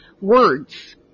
words